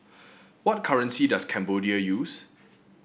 what currency does Cambodia use